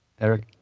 Eric